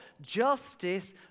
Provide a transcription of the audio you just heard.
justice